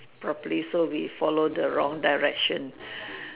properly so we follow the wrong directions